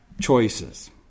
choices